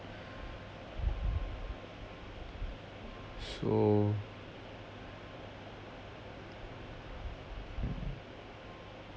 so